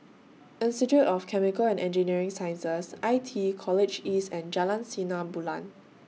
Institute of Chemical and Engineering Sciences I T E College East and Jalan Sinar Bulan